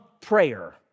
prayer